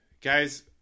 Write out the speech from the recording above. guys